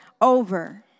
over